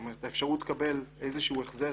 זאת אומרת האפשרות לקבל איזה שהוא החזר